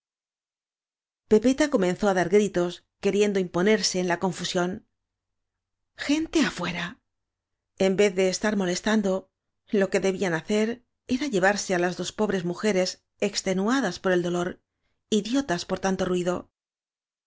pepeta comenzó á dar gritos queriendo imponerse en la confusión gente afuera en vez de estar molestando lo que debían hacer era llevarse á las dos pobres mujeres extenuadas por el dolor idiotas por tanto ruido